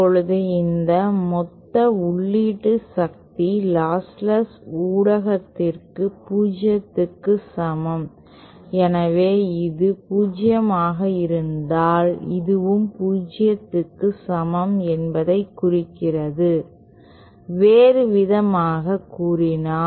இப்போது இந்த மொத்த உள்ளீட்டு சக்தி லாஸ்ட்லெஸ் ஊடகத்திற்கு 0 க்கு சமம் எனவே இது 0 ஆக இருந்தால் இதுவும் 0 க்கு சமம் என்பதைக் குறிக்கிறது வேறுவிதமாகக் கூறினால்